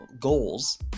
goals